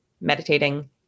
meditating